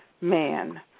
man